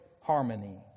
harmony